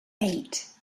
eight